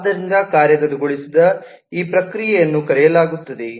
ಆದ್ದರಿಂದ ಕಾರ್ಯಗತಗೊಳಿಸಿದ ಈ ಪ್ರಕ್ರಿಯೆಯನ್ನು ಕರೆಯಲಾಗುತ್ತದೆ